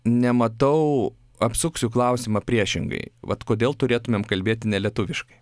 nematau apsuksiu klausimą priešingai vat kodėl turėtumėm kalbėti nelietuviškai